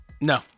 No